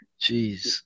Jeez